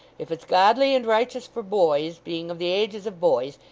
if it's godly and righteous for boys, being of the ages of boys,